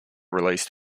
released